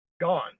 gone